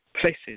Places